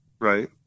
right